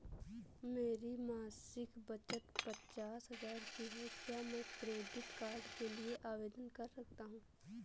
मेरी मासिक बचत पचास हजार की है क्या मैं क्रेडिट कार्ड के लिए आवेदन कर सकता हूँ?